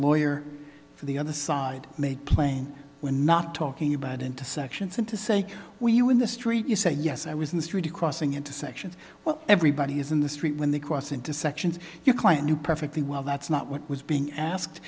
lawyer for the other side made plain we're not talking about intersections and to say we you in the street you say yes i was in the street crossing into sections well everybody is in the street when they cross into sections your client knew perfectly well that's not what was being asked